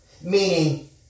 meaning